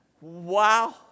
Wow